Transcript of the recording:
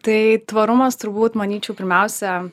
tai tvarumas turbūt manyčiau pirmiausia